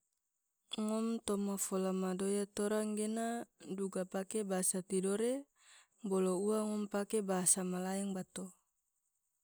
ngom toma fola madoya tora engena duga pake bahasa tidore, bolo ua ngom pake bahasa malaeng bato.